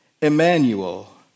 Emmanuel